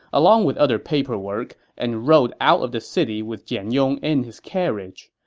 along with other paperwork, and rode out of the city with jian yong in his carriage.